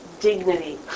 dignity